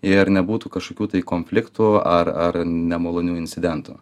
ir nebūtų kažkokių tai konfliktų ar ar nemalonių incidentų